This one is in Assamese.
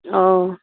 অঁ